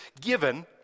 given